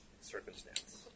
circumstance